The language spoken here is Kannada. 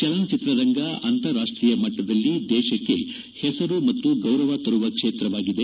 ಚಲನಚಿತ್ರ ರಂಗ ಅಂತಾರಾಷ್ಲೀಯ ಮಟ್ಟದಲ್ಲಿ ದೇಶಕ್ಕೆ ಹೆಸರು ಮತ್ತು ಗೌರವ ತರುವ ಕ್ಷೇತ್ರವಾಗಿದೆ